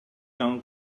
жаңы